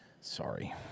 Sorry